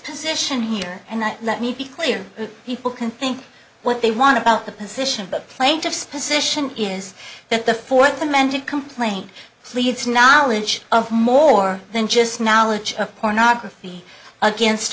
position here and not let me be clear people can think what they want to about the position but plaintiff's position is that the fourth amended complaint leaves knowledge of more than just knowledge of pornography against